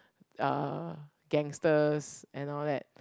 uh gangsters and all that